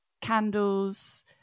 candles